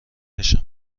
بشیم